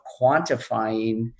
quantifying